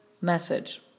message